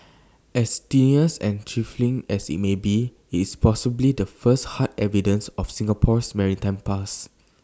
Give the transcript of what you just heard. as tenuous and trifling as IT may be it's possibly the first hard evidence of Singapore's maritime past